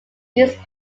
used